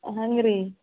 ಹಂಗೆ ರೀ